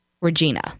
Regina